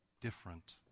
different